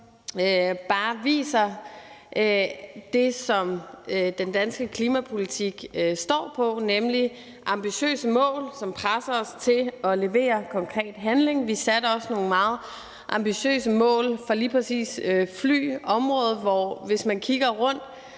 bare viser det, som den danske klimapolitik står på, nemlig ambitiøse mål, som presser os til at levere konkret handling. Vi satte også nogle meget ambitiøse mål for lige præcis flyområdet, og hvis man kigger rundt,